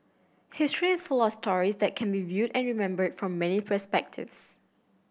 history is full of stories that can be viewed and remembered from many perspectives